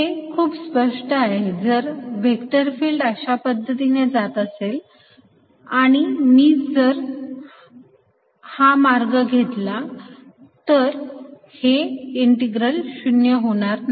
हे खूप स्पष्ट आहे की जर व्हेक्टर फिल्ड अशा पद्धतीने जात असेल आणि मी जर हा मार्ग घेतला तर हे इंटीग्रल 0 होणार नाही